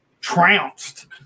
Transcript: trounced